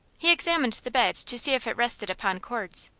he examined the bed to see if it rested upon cords,